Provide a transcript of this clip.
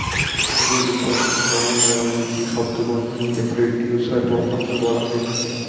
কৃষিজাত উৎপাদনকে সাধারনভাবে বানিজ্যিক শব্দবন্ধনীতে প্রোডিউসর বা ফসল বলা হয়ে থাকে